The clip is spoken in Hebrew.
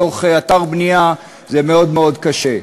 בתוך אתר בנייה זה מאוד מאוד קשה.